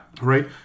Right